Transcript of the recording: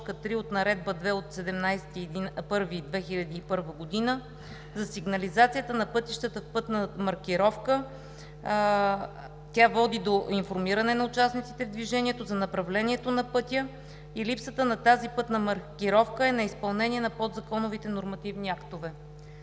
т. 3 от Наредба № 2 от 17 януари 2001 г. – за сигнализацията на пътищата с пътна маркировка, тя води до информиране на участниците в движението, за направлението на пътя и липсата на тази пътна маркировка е неизпълнение на подзаконовите нормативни актове.